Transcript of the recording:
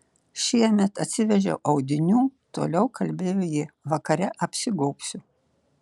šiemet atsivežiau audinių toliau kalbėjo ji vakare apsigobsiu